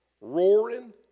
roaring